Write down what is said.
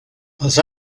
els